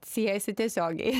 siejasi tiesiogiai